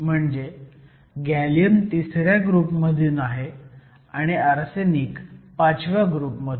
म्हणजे गॅलियम तिसऱ्या ग्रुपमधून आहे आणि आर्सेनिक पाचव्या ग्रुपमधून